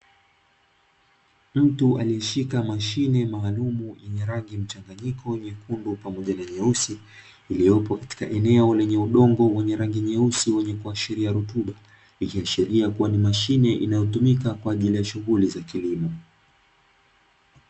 Mtu anaishika mashine maalum yenye rangi mchanganyiko nyekundu pamoja na nyeusi iliyopo katika eneo lenye udongo wenye rangi nyeusi wenye kuashiria rutuba iliyoashiria kuwa ni mashine inayotumika kwa ajili ya shughuli za kilimo.